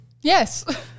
Yes